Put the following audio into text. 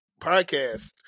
podcast